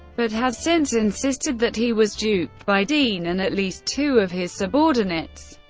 but has since insisted that he was duped by dean and at least two of his subordinates.